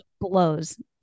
blows